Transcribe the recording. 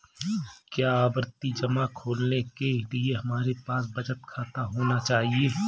क्या आवर्ती जमा खोलने के लिए हमारे पास बचत खाता होना चाहिए?